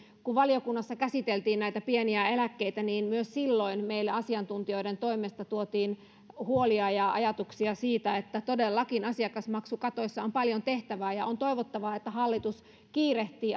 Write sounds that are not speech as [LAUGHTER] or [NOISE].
kun valiokunnassa käsiteltiin näitä pieniä eläkkeitä niin myös silloin meille asiantuntijoiden toimesta tuotiin huolia ja ajatuksia siitä että todellakin asiakasmaksukatoissa on paljon tehtävää on toivottavaa että hallitus kiirehtii [UNINTELLIGIBLE]